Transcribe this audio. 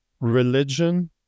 Religion